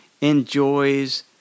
enjoys